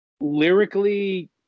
lyrically